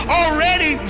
already